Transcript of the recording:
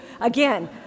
again